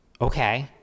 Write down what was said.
Okay